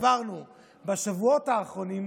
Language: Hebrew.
עברנו בשבועות האחרונים,